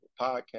podcast